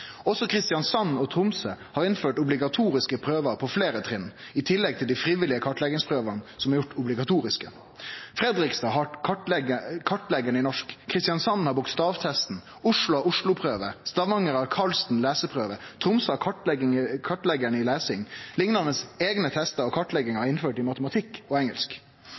Også Kristiansand og Tromsø har innført obligatoriske prøver på fleire trinn, i tillegg til dei friviljuge kartleggingsprøvene som er gjorde obligatoriske. Fredrikstad har «Kartleggeren» i norsk, Kristiansand har «Bokstavtesten», Oslo har «Osloprøven», Stavanger har «Carlsten leseprøve», Tromsø har «Kartleggeren i lesing». Liknande eigne testar og kartleggingar er innførte i matematikk og engelsk.